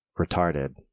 retarded